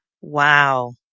Wow